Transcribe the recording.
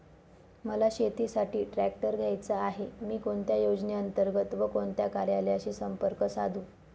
मला शेतीसाठी ट्रॅक्टर घ्यायचा आहे, मी कोणत्या योजने अंतर्गत व कोणत्या कार्यालयाशी संपर्क साधू?